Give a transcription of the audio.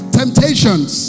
temptations